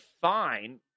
fine